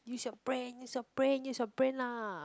use your brain use your brain use your brain lah